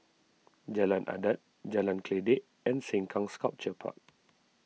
Jalan Adat Jalan Kledek and Sengkang Sculpture Park